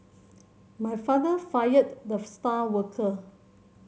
my father fired the star worker